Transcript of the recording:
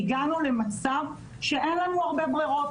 הגענו למצב שאין לנו הרבה ברירות.